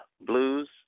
Blues